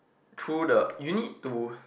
through the you need to